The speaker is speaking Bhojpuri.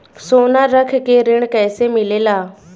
सोना रख के ऋण कैसे मिलेला?